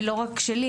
ולא רק שלי,